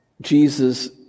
Jesus